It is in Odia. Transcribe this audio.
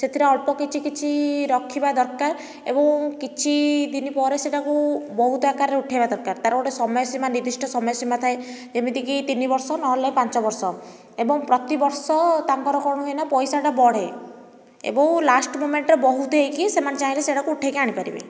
ଏଥିରେ ଅଳ୍ପ କିଛି କିଛି ରଖିବା ଦରକାର ଏବଂ କିଛିଦିନ ପରେ ସେହିଟାକୁ ବହୁତ ଆକାରରେ ଉଠାଇବା ଦରକାର ତା'ର ଗୋଟିଏ ସମୟ ସୀମା ନିର୍ଦ୍ଧିଷ୍ଟ ସମୟ ସୀମା ଥାଏ ଯେମିତିକି ତିନିବର୍ଷ ନହେଲେ ପାଞ୍ଚବର୍ଷ ଏବଂ ପ୍ରତିବର୍ଷ ତାଙ୍କର କ'ଣ ହୁଏ ନା ପଇସାଟା ବଢ଼େ ଏବଂ ଲାଷ୍ଟ ମୋମେଣ୍ଟରେ ବହୁତ ହୋଇକି ସେମାନେ ଚାହିଁଲେ ସେହିଟାକୁ ଉଠାଇକି ଆଣିପାରିବେ